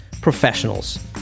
professionals